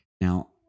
Now